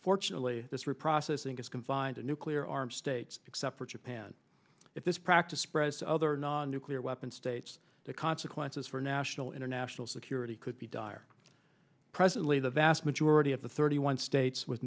fortunately this reprocessing is confined to nuclear arms states except for japan if this practice spread to other non nuclear weapon states the consequences for national international security could be dire presently the vast majority of the thirty one states with